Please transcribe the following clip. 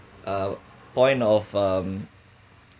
uh point of um